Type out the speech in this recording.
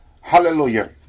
Hallelujah